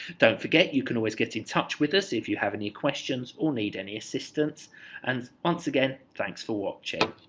don't forget you can always get in touch with us if you have any questions or need any assistance and once again thanks for watching